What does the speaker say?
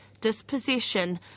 dispossession